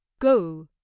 go